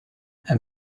and